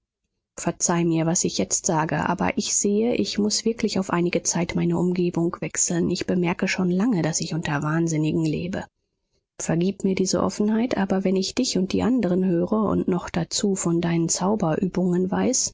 verzeih mir was ich jetzt sage aber ich sehe ich muß wirklich auf einige zeit meine umgebung wechseln ich bemerke schon lange daß ich unter wahnsinnigen lebe vergib mir diese offenheit aber wenn ich dich und die anderen höre und noch dazu von deinen zauberübungen weiß